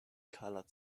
colored